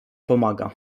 pomaga